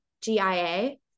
G-I-A